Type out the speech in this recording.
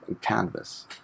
canvas